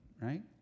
right